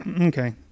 Okay